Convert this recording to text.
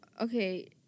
okay